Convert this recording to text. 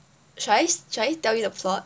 should I should I tell you the plot